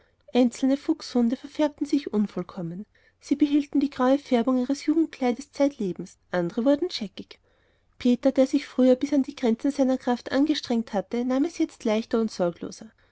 einzelne fuchshunde verfärbten sich unvollkommen sie behielten die graue färbung ihres jugendkleides zeitlebens andere wurden scheckig peter der sich früher bis an die grenzen seiner kraft angestrengt hatte nahm es jetzt leichter und sorgloser